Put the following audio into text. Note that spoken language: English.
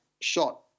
shot